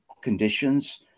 conditions